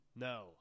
No